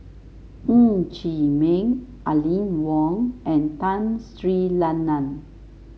Ng Chee Meng Aline Wong and Tun Sri Lanang